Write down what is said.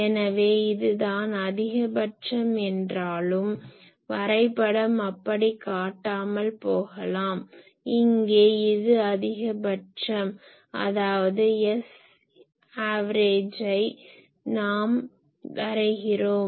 எனவே இதுதான் அதிகபட்சம் என்றாலும் வரைபடம் அப்படி காட்டாமல் போகலாம் இங்கே இது அதிகபட்சம் அதாவது Savஐ கதிர்வீச்சு இன்டென்சிட்டி வெக்டார் நாம் வரைகிறோம்